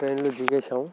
ట్రైన్లో దిగేసాం